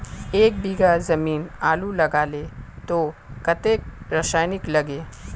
एक बीघा जमीन आलू लगाले तो कतेक रासायनिक लगे?